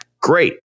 great